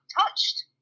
touched